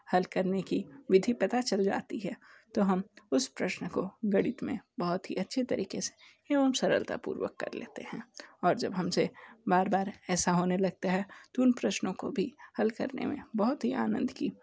हल करने की विधि पता चल जाती है तो हम उस प्रश्न को गणित में बहुत ही अच्छी तरीके से एवं सरलतापूर्वक कर लेते हैं और जब हम से बार बार ऐसा होने लगता है तो उन प्रश्नों को भी हल करने में बहुत ही आनंद की